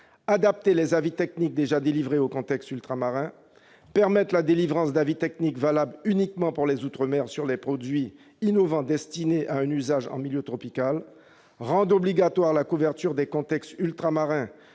adapter les avis techniques déjà délivrés au contexte ultramarin, permettre la délivrance d'avis techniques valables uniquement pour les outre-mer sur les produits innovants destinés à un usage en milieu tropical, rendre obligatoire la couverture des contextes ultramarins